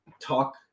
talk